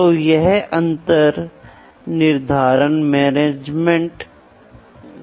और आज पहले मेजरमेंट को कांटेक्ट टाइप के रूप में सोचा जाता था